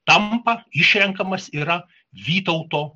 tampa išrenkamas yra vytauto